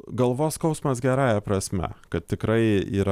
galvos skausmas gerąja prasme kad tikrai yra